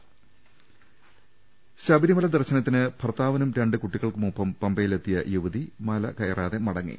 ദർവ്വെട്ടറ ശബരിമല ദർശനത്തിന് ഭർത്താവിനും രണ്ട് കുട്ടികൾക്കുമൊപ്പം പമ്പ യിലെത്തിയ യുവതി മല കയറാതെ മടങ്ങി